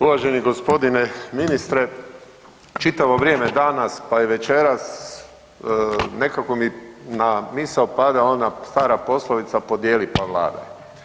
Uvaženi g. ministre, čitavo vrijeme danas pa i večeras nekako mi na misao pada ona stara poslovica „Podijeli pa vladaj“